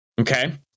okay